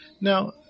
Now